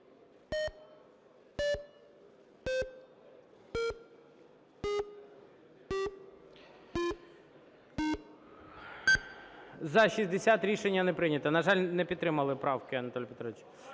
За-60 Рішення не прийнято. На жаль, не підтримали правки Анатолія Петровича.